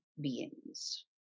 beings